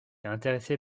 intéressé